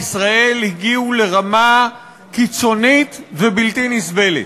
ופערי השכר בישראל הגיעו לרמה קיצונית ובלתי נסבלת,